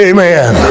Amen